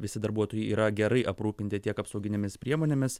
visi darbuotojai yra gerai aprūpinti tiek apsauginėmis priemonėmis